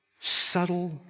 subtle